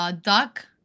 duck